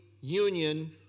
union